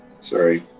Sorry